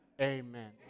Amen